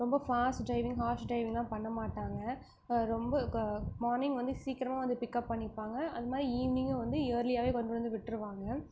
ரொம்ப fast driving harsh ட்ரைவிங்கெலாம் பண்ண மாட்டாங்க ரொம்ப க மார்னிங் வந்து சீக்கரமாக வந்து பிக்கப் பண்ணிப்பாங்க அந்த மாதிரி ஈவ்னிங்கும் வந்து ஏர்லியாகவே கொண்டு வந்து விட்டுருவாங்க